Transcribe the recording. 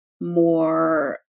more